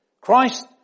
Christ